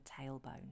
tailbone